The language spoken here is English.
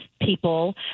people